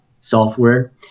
software